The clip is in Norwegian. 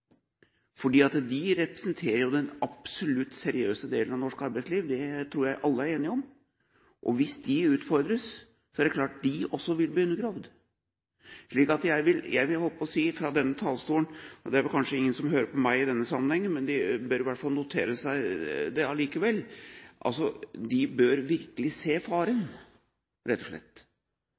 de representerer absolutt den seriøse delen av norsk arbeidsliv. Det tror jeg alle er enige om. Hvis de utfordres, er det klart at de også vil bli undergravd. Jeg vil fra denne talerstolen si – det er vel kanskje ingen som hører på meg i denne sammenhengen, men de bør notere seg det likevel – at de bør virkelig se faren og